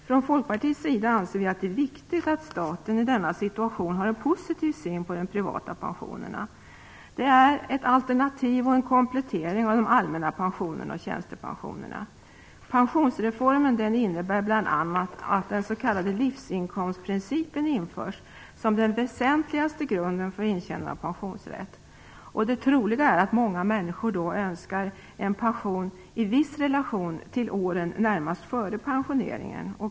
Från Folkpartiets sida anser vi att det är viktigt att staten i denna situation har en positiv syn på de privata pensionerna. De är ett alternativ till och en komplettering av de allmänna pensionerna och tjänstepensionerna. Pensionsreformen innebär bl.a. att den s.k. livsinkomstprincipen införs som den väsentligaste grunden för intjänande av pensionsrätt. Det troliga är att många människor önskar en pension som står i viss relation till inkomsten åren närmast före pensioneringen.